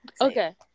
Okay